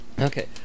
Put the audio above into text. Okay